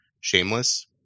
Shameless